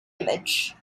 image